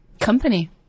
company